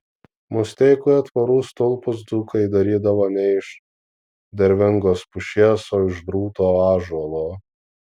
musteikoje tvorų stulpus dzūkai darydavo ne iš dervingos pušies o iš drūto ąžuolo